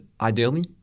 ideally